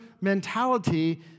mentality